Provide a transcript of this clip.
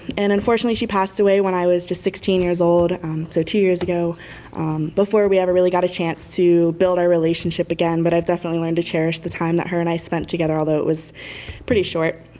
and unfortunately she passed away when i was just sixteen years old so two years ago before we ever really got a chance to build our relationship again, but i've definitely learned to cherish the time that her and i spent together, although it was pretty short.